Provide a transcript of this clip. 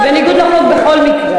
זה בניגוד לחוק בכל מקרה.